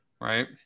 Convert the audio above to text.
right